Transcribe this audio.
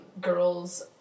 girls